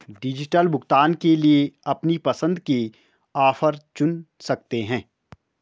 digital भुगतान के लिए अपनी पसंद के ऑफर चुन सकते है